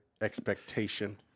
expectation